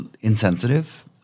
insensitive